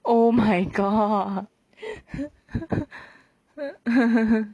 oh my god